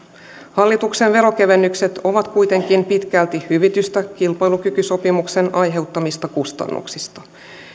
hallituksen veronkevennykset ovat kuitenkin pitkälti hyvitystä kilpailukykysopimuksen aiheuttamista kustannuksista